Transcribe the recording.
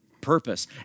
purpose